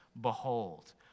Behold